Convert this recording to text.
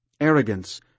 arrogance